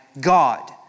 God